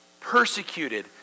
persecuted